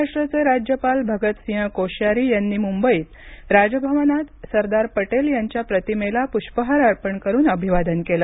महाराष्ट्राचे राज्यपाल भगतसिंह कोश्यारी यांनी मुंबईत राजभवनात सरदार पटेल यांच्या प्रतिमेला पुष्पहार अर्पण करुन अभिवादन केलं